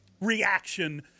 reaction